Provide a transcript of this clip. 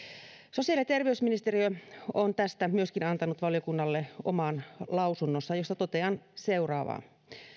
sosiaali ja terveysministeriö on tästä myöskin antanut valiokunnalle oman lausuntonsa josta totean seuraavaa